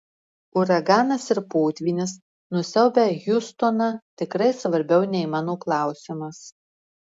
uraganas ir potvynis nusiaubę hjustoną tikrai svarbiau nei mano klausimas